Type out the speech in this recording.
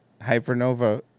Hypernova